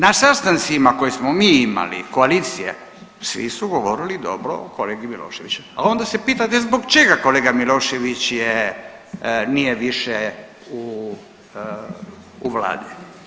Na sastancima koje smo mi imali koalicije svi su govorili dobro o kolegi Miloševiću, al onda se pitate zbog čega kolega Milošević je, nije više u, u vladi.